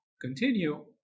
continue